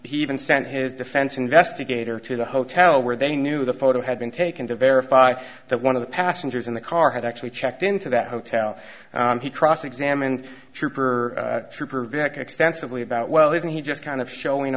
he even sent his defense investigator to the hotel where they knew the photo had been taken to verify that one of the passengers in the car had actually checked into that hotel and he cross examined trooper trooper vick extensively about well isn't he just kind of showing